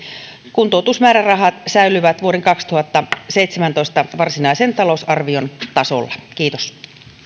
kuntoutusmäärärahat säilyvät vuoden kaksituhattaseitsemäntoista varsinaisen talousarvion tasolla kiitos arvoisa